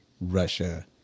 Russia